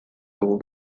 dugu